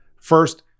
First